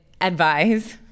advise